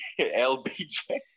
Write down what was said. LBJ